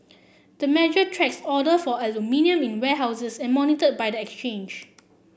the measure tracks order for aluminium in warehouses and monitored by the exchange